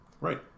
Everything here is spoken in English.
Right